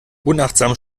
unachtsam